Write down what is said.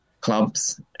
clubs